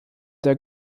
der